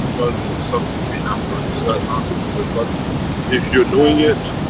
but it's something we have to understand how to do it but if you're doing it,